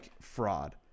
fraud